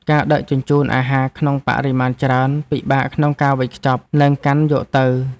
ការដឹកជញ្ជូនអាហារក្នុងបរិមាណច្រើន ពិបាកក្នុងការខ្ចប់ និងកាន់យកទៅ។